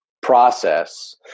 process